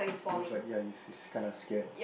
he looks like ya he's he's kinda scared